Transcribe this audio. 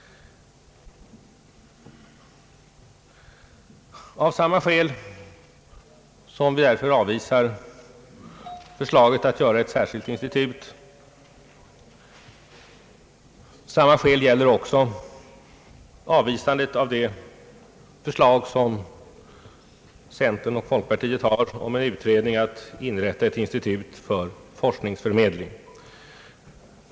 Av samma skäl som vi avvisar förslaget om ett särskilt institut avvisar vi också det förslag som centern och folkpartiet lagt fram om en utredning om inrättandet av ett institut för forskningsförmedling.